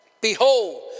Behold